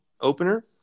opener